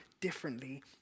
differently